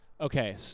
Okay